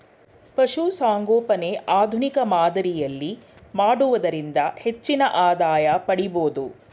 ಪಶುಸಂಗೋಪನೆ ಆಧುನಿಕ ಮಾದರಿಯಲ್ಲಿ ಮಾಡುವುದರಿಂದ ಹೆಚ್ಚಿನ ಆದಾಯ ಪಡಿಬೋದು